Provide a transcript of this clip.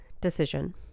decision